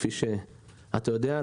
כפי שאתה יודע,